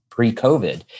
pre-COVID